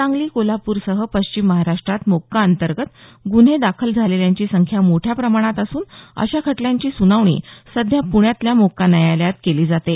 सांगली कोल्हापूरसह पश्चिम महाराष्ट्रात मोक्का अंतर्गत गुन्हे दाखल झालेल्यांची संख्या मोठ्या प्रमाणात असून अशा खटल्यांची सुनावणी सध्या पुण्यातल्या मोक्का न्यायालयात केली जाते